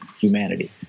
humanity